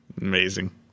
Amazing